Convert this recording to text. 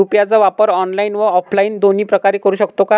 UPI चा वापर online व ऑफलाईन दोन्ही प्रकारे करु शकतो का?